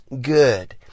good